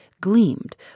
gleamed